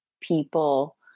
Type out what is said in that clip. people